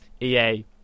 EA